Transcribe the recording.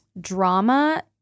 drama